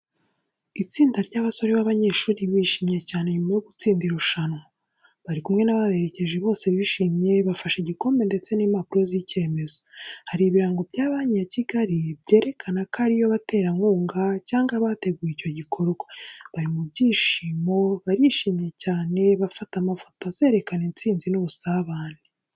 Itsinda ry'abasore b'abanyeshuri bishimye cyane nyuma yo gutsinda irushanwa. Bari kumwe n’ababaherekeje, bose bishimye, bafashe igikombe ndetse n’impapuro z’icyemezo. Hari ibirango bya Banki ya Kigali byerekana ko ari yo baterankunga cyangwa abateguye icyo gikorwa. Bari mu byishimo, barishimye cyane, bafata amafoto azerekana intsinzi n’ubusabane.